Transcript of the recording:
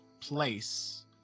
place